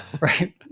right